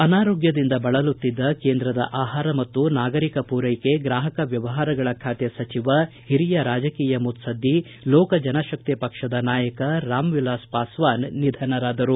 ಅನಾರೋಗ್ದದಿಂದ ಬಳಲುತ್ತಿದ್ದ ಕೇಂದ್ರದ ಆಹಾರ ಮತ್ತು ನಾಗರಿಕ ಪೂರೈಕೆ ಗ್ರಾಹಕ ಮ್ಯವಹಾರಗಳ ಖಾತೆ ಸಚಿವ ಹಿರಿಯ ರಾಜಕೀಯ ಮುತ್ಲದ್ದಿ ಲೋಕಜನ ಶಕ್ತಿ ಪಕ್ಷದ ನಾಯಕ ರಾಮ್ ವಿಲಾಸ್ ಪಾಸ್ವಾನ್ ನಿಧನರಾದರು